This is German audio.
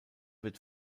wird